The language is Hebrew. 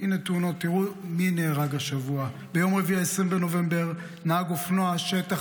תראו מי נהרגו השבוע בתאונות: ביום רביעי 20 בנובמבר נהג אופנוע שטח,